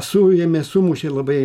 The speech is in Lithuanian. suėmė sumušė labai